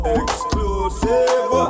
exclusive